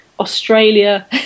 australia